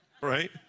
right